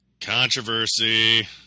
Controversy